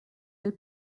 del